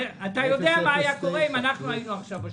אתה יודע מה היה קורה אם אנחנו היינו עכשיו בשלטון?